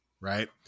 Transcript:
right